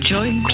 Join